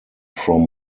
from